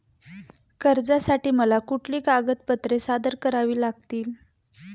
कर्जासाठी मला कुठली कागदपत्रे सादर करावी लागतील?